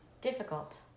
Difficult